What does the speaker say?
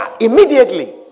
immediately